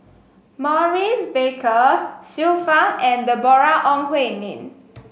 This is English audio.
Maurice Baker Xiu Fang and Deborah Ong Hui Min